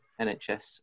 NHS